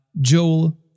Joel